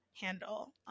handle